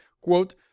quote